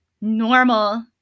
normal